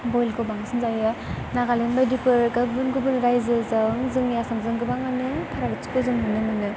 बयलखौ बांसिन जायो नागालेण्ड बायदिफोर गुबुन गुबुन रायजोजों जोंनि आसामजों गोबांनो फारागथिखौ जों नुनो मोनो